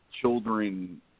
children